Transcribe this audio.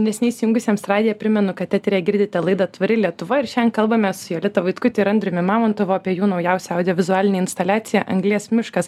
neseniai įsijungusiems radiją primenu kad eteryje girdite laidą tvari lietuva ir šiandien kalbamės su jolita vaitkute ir andriumi mamontovu apie jų naujausią audiovizualinę instaliaciją anglies miškas